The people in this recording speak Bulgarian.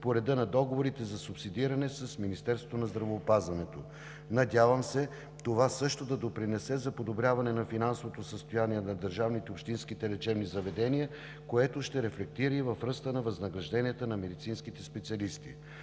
по реда на договорите за субсидиране с Министерството на здравеопазването. Надявам се това също да допринесе за подобряване на финансовото състояние на държавните и общински лечебни заведения, което ще рефлектира и в ръста на възнагражденията за медицинските специалисти.